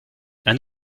and